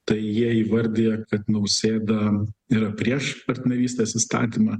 tai jie įvardija kad nausėda yra prieš partnerystės įstatymą